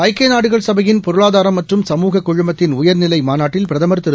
ஐக்கியநாடுகள் சபையின் பொருளாதாரம் மற்றும் சமூக குழுமத்தின் உயர்நிலைமாநாட்டில் பிரதமர் திரு